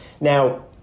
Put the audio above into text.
Now